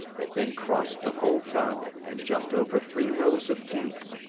they then crossed the whole tongue and jumped over three rows of teeth.